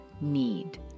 need